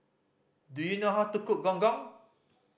do you know how to cook Gong Gong